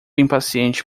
impaciente